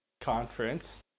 conference